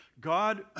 God